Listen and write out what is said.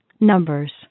Numbers